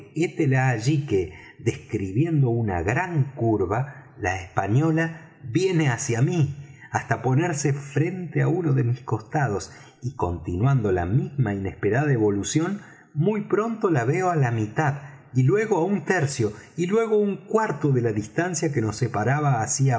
hétela allí que describiendo una gran curva la española viene hacia mí hasta ponerse frente á uno de mis costados y continuando la misma inesperada evolución muy pronto la veo á la mitad y luego á un tercio y luego á un cuarto de la distancia que nos separaba hacía